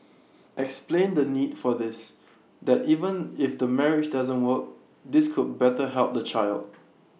explain the need for this that even if the marriage doesn't work this could better help the child